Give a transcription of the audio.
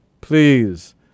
please